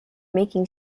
making